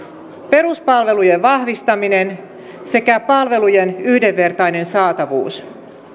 peruspalvelujen vahvistaminen sekä palvelujen yhdenvertainen saatavuus